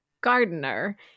gardener